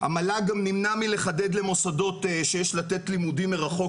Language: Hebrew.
המל"ג גם נמנע מלחדד למוסדות שיש לתת לימודים מרחוק